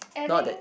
adding